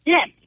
Yes